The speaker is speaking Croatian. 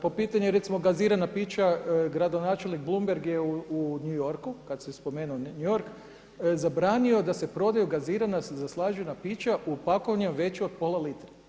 Po pitanju recimo gaziranog pića gradonačelnik Bloomberg je u New Yorku kada si spomenuo New York, zabranio da se prodaju gazirana zaslađena pića u pakovanjima većim od pola litre.